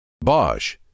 Bosch